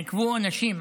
עיכבו אנשים,